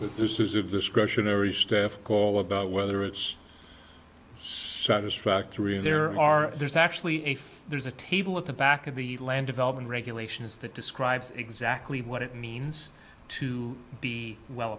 with this is of discretionary call about whether it's satisfactory and there are there's actually a there's a table at the back of the land development regulations that describes exactly what it means to be well